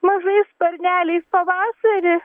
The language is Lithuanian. mažais sparneliais pavasarį